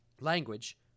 language